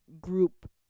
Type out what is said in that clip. group